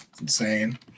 insane